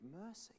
mercy